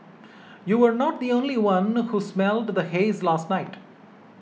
you were not the only one who smelled the haze last night